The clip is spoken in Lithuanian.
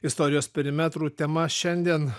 istorijos perimetrų tema šiandien